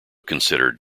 considered